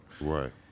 right